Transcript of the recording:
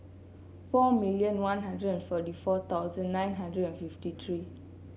four million One Hundred and forty four thousand nine hundred and fifty three